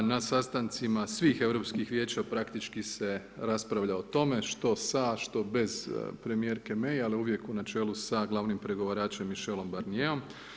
Na sastancima svih Europskih vijeća, praktički se raspravlja o tome što sa, što bez premijerke May, ali uvijek u načelu sa glavnim pregovaračem Michelom Barnijerom.